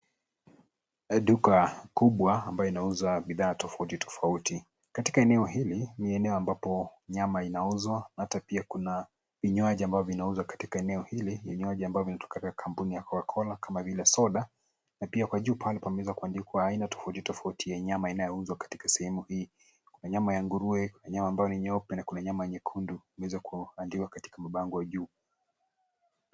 Sehemu ya duka kubwa la bidhaa, hasa idara ya nyama. Mbele kabisa, kuna rafu zilizojaa chupa za vinywaji baridi vya Coca-Cola na bidhaa zenye lebo "CRAZY OFFERS" . Nyuma yake, kuna kaunta ndefu ya kioo iliyojaa nyama mbalimbali. Juu ya kaunta, kuna mabango makubwa yenye maneno "Pork", "White Meat", na "Red Meat" , yakionyesha aina za nyama zinazopatikana.